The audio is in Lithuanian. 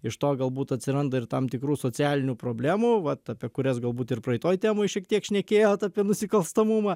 iš to galbūt atsiranda ir tam tikrų socialinių problemų vat apie kurias galbūt ir praeitoj temoj šiek tiek šnekėjot apie nusikalstamumą